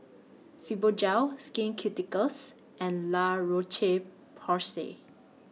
Fibogel Skin Ceuticals and La Roche Porsay